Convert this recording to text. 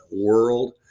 world